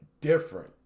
different